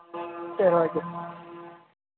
சரி ஓகே